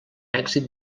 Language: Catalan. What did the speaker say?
èxit